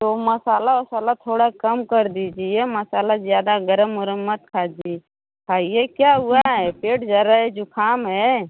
तो मसाला वसाला थोड़ा कम कर दीजिये मसाला ज़्यादा गर्म वरम मत खाइये क्या हुआ है पेट जा रहा है ज़ुकाम है